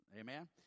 amen